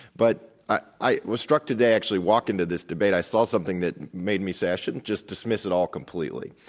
but i i was struck today actually walking to this debate. i saw something that made me say i shouldn't just dismiss it all completely,